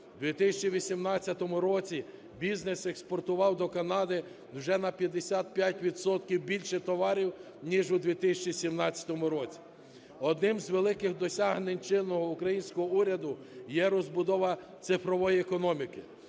У 2018 році бізнес експортував до Канади вже на 55 відсотків більше товарів ніж у 2017 році. Одним з великих досягнень чинного українського уряду є розбудова цифрової економіки.